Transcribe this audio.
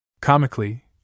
Comically